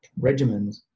regimens